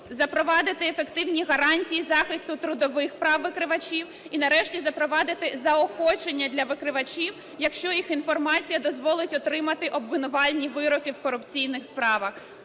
Запровадити ефективні гарантії захисту трудових прав викривачів. І нарешті – запровадити заохочення для викривачів, якщо їх інформація дозволить отримати обвинувальні вироки в корупційних справах.